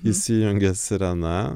įsijungė sirena